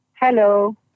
Hello